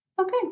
Okay